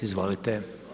Izvolite.